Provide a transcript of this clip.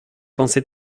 pensez